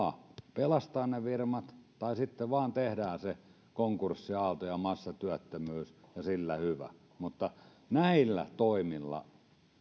pelastaa ne firmat tai sitten vain tehdään se konkurssiaalto ja massatyöttömyys ja sillä hyvä näillä toimilla